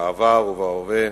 בעבר ובהווה,